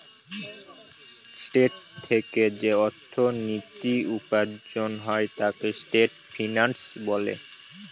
trade থেকে যে অর্থনীতি উপার্জন হয় তাকে ট্রেড ফিন্যান্স বলে